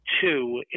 two